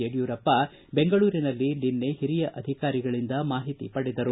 ಯಡಿಯೂರಪ್ಪ ಅವರು ಬೆಂಗಳೂರಿನಲ್ಲಿ ನಿನ್ನೆ ಹಿರಿಯ ಅಧಿಕಾರಿಗಳಿಂದ ಮಾಹಿತಿ ಪಡೆದರು